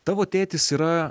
tavo tėtis yra